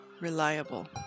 reliable